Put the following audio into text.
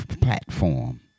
platform